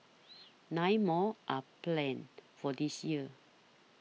nine more are planned for this year